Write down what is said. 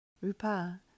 Rupa